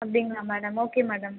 அப்படிங்களா madam okay madam